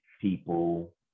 people